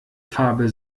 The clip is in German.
fabel